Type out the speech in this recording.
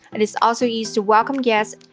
it is also used to welcome guests,